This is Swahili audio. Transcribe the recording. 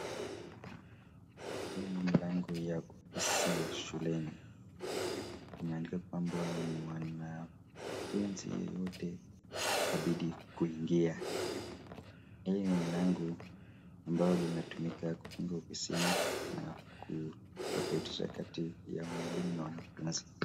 Hii ni mlango ya ofisi ya shuleni. Imeandikwa kwamba mwanafunzi yeyote habidi kuingia. Hii ni mlango ambayo inatumika kufunga ofisini na kutofautisha kati ya mwalimu na mwanafunzi.